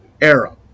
era